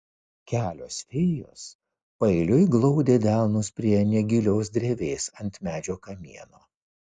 kelios fėjos paeiliui glaudė delnus prie negilios drevės ant medžio kamieno